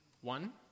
One